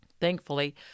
Thankfully